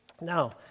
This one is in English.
Now